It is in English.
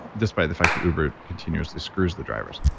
despite the fact that uber continuously screws the drivers.